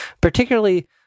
particularly